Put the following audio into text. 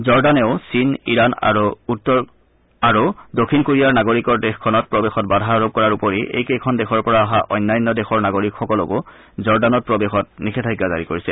জৰ্দানেও Chin Iran আৰু south কোৰিয়াৰ নাগৰিকৰ দেশখনত প্ৰৱেশত বাধা আৰোপ কৰাৰ উপৰি এইকেইখন দেশৰ পৰা অহা অন্যান্য দেশৰ নাগৰিকসকলোকো জৰ্দানত প্ৰৱেশত নিষেধাজ্ঞা জাৰি কৰিছে